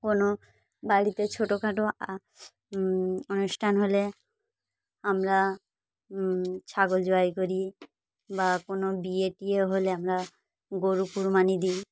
কোনো বাড়িতে ছোটখাটো আ অনুষ্ঠান হলে আমরা ছাগল জবাই করি বা কোনো বিয়ে টিয়ে হলে আমরা গরু কুরবানি দিই